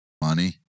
Money